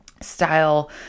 style